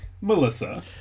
Melissa